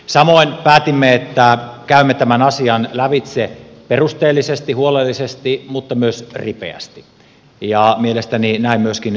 samoin päätimme että käymme tämän asian lävitse perusteellisesti huolellisesti mutta myös ripeästi ja mielestäni näin myöskin valiokunta teki